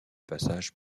passage